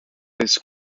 this